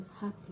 happy